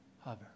hover